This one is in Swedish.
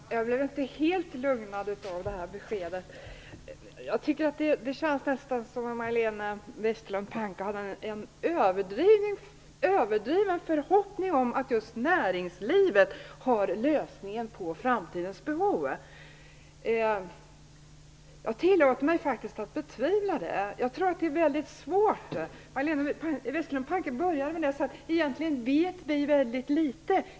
Fru talman! Jag blev inte helt lugnad av detta besked. Det känns nästan som om Majléne Westerlund Panke har en överdriven förhoppning om att just näringslivet har lösningen på framtidens behov. Jag tillåter mig faktiskt att betvivla det. Majléne Westerlund Panke började med att säga att vi egentligen vet väldigt litet.